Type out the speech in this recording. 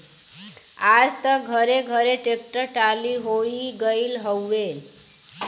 आज त घरे घरे ट्रेक्टर टाली होई गईल हउवे